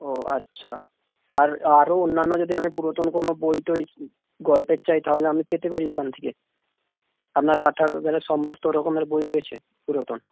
ও আচ্ছা আর আরও অন্যান্য যদি আমি পুরাতন কোনো বই টই গল্পের চাই তাহলে আমি পেতে পারি ওখান থেকে আপনার পাঠাগারে সমস্ত রকমের বই রয়েছে পুরাতন